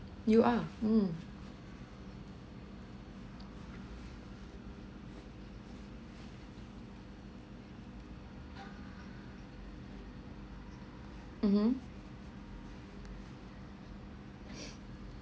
you are hmm mmhmm